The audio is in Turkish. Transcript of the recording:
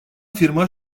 firma